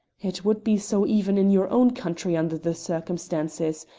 it would be so even in your own country under the circumstances.